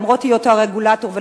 למרות היותו הרגולטור,